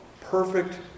Perfect